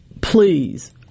please